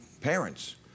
parents